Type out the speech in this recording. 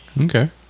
Okay